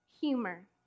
humor